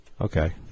Okay